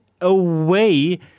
away